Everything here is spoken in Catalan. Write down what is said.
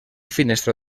finestra